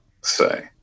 say